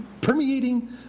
permeating